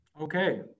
okay